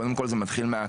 קודם כל זה מתחיל מהאקדמיה.